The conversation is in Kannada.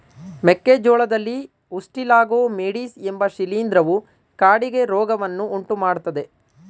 ಮೆಕ್ಕೆ ಜೋಳದಲ್ಲಿ ಉಸ್ಟಿಲಾಗೊ ಮೇಡಿಸ್ ಎಂಬ ಶಿಲೀಂಧ್ರವು ಕಾಡಿಗೆ ರೋಗವನ್ನು ಉಂಟುಮಾಡ್ತದೆ